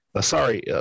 sorry